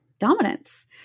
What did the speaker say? dominance